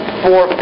four